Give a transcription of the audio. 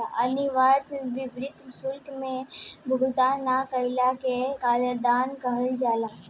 अनिवार्य वित्तीय शुल्क के भुगतान ना कईला के कालाधान कहल जाला